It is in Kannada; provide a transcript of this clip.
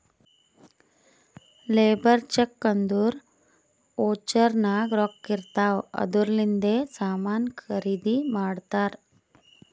ಲೇಬರ್ ಚೆಕ್ ಅಂದುರ್ ವೋಚರ್ ನಾಗ್ ರೊಕ್ಕಾ ಇರ್ತಾವ್ ಅದೂರ್ಲಿಂದೆ ಸಾಮಾನ್ ಖರ್ದಿ ಮಾಡ್ತಾರ್